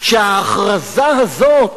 ההכרזה הזאת